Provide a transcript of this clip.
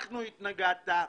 אנחנו התנגדנו.